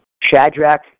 Shadrach